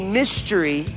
mystery